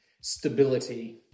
stability